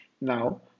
now